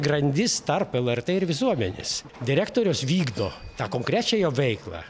grandis tarp lrt ir visuomenės direktorius vykdo tą konkrečią jo veiklą